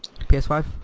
ps5